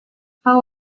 how